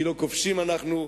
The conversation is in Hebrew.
כי לא כובשים אנחנו,